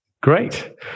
Great